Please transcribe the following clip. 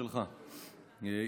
שלך,